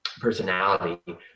personality